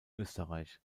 österreich